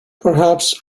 perhaps